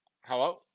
Hello